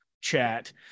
chat